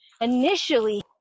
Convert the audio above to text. initially